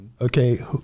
Okay